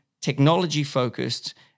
technology-focused